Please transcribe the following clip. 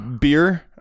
Beer